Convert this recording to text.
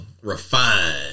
refined